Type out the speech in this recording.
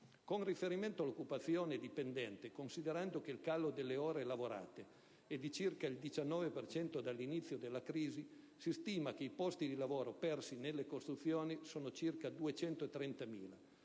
Con riferimento all'occupazione dipendente e considerando che il calo delle ore lavorate è di circa il 19 per cento dall'inizio della crisi, si stima che i posti di lavoro persi nelle costruzioni siano circa 230.000;